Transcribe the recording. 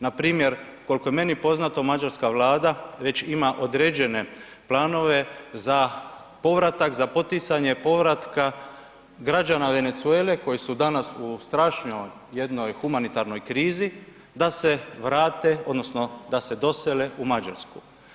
Npr. koliko je meni poznato mađarska vlada već ima određen planove za povratak, za poticanje povratka građana Venezuele koji su danas u strašnoj jednoj humanitarnoj krizi da se vrate odnosno da se dosele u Mađarsku.